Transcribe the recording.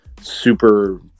super